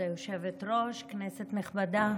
כבוד היושבת-ראש, כנסת נכבדה,